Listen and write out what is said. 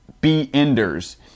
be-enders